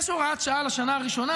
יש הוראת שעה לשנה הראשונה,